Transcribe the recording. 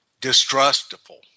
distrustful